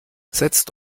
setzt